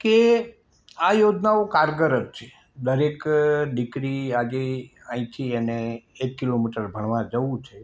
કે આ યોજનાઓ કારગર છે દરેક દીકરી આજે અહીંથી એને એક કિલોમીટર ભણવા જવું છે